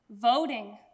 Voting